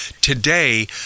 Today